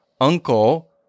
Uncle